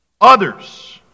Others